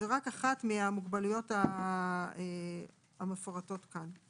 ורק אחת מהמוגבלויות המפורטות כאן: